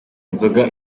inzoga